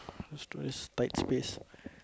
this place tight space